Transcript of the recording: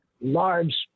large